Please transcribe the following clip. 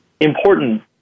Important